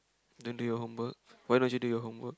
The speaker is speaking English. don't do your homework why don't you do your homework